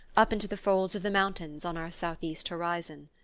up into the folds of the mountains on our southeast horizon.